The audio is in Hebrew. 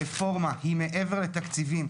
הרפורמה היא מעבר לתקציבים.